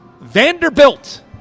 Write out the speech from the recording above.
Vanderbilt